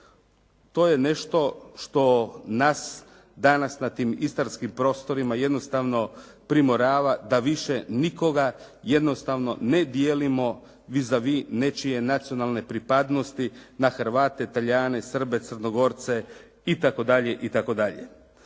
To je nešto što nas danas na tim Istarskim prostorima jednostavno primorava da više nikoga jednostavno ne dijelimo vi za vi nečije nacionalne pripadnosti na Hrvate, Talijane, Srbe, Crnogorce itd. Na